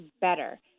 better